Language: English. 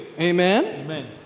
Amen